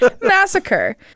Massacre